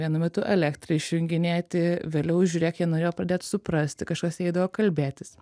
vienu metu elektrą išjunginėti vėliau žiūrėk jie norėjo pradėt suprasti kažkas eidavo kalbėtis